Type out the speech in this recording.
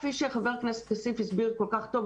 כפי שחבר הכנסת כסיף הסביר כל כך טוב.